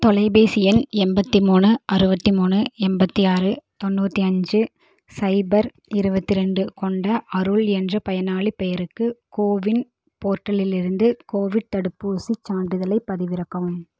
தொலைபேசி எண் எண்பத்துமூணு அருபத்தி மூணு எண்பத்து ஆறு தொண்ணூற்றி அஞ்சு ஸைபர் இருபத்தி ரெண்டு கொண்ட அருள் என்ற பயனாளிப் பெயருக்கு கோவின் போர்ட்டலிலிருந்து கோவிட் தடுப்பூசிச் சான்றிதழைப் பதிவிறக்கவும்